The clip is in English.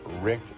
Rick